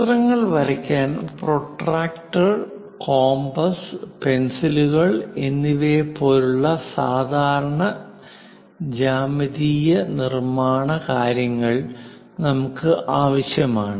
ചിത്രങ്ങൾ വരയ്ക്കാൻ പ്രൊട്ടക്ടറുകൾ കോമ്പസ് പെൻസിലുകൾ എന്നിവപോലുള്ള സാധാരണ ജ്യാമിതീയ നിർമ്മാണ കാര്യങ്ങൾ നമുക്ക് ആവശ്യമാണ്